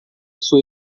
sua